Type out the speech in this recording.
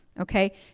okay